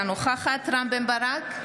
אינה נוכחת רם בן ברק,